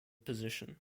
position